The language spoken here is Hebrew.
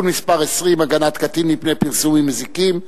מס' 20) (הגנת קטין מפני פרסומים מזיקים),